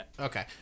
okay